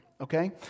Okay